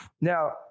Now